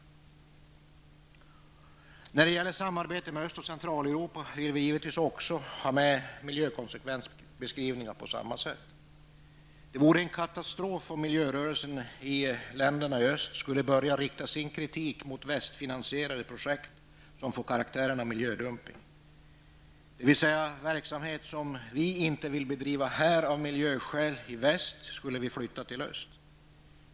Också när det gäller samarbetet med Öst och Centraleuropa vill vi givetvis ha miljökonsekvensbeskrivningar på motsvarande sätt. Det vore en katastrof om miljörörelsen i länderna i öst skulle börja rikta kritik mot västfinansierade projekt, som har fått karaktären av miljödumpning, dvs.: Verksamhet som vi av miljöskäl inte vill bedriva i väst flyttar vi till öst.